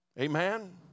Amen